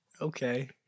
Okay